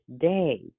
day